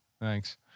Thanks